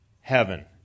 Heaven